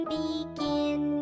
begin